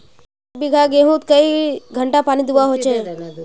एक बिगहा गेँहूत कई घंटा पानी दुबा होचए?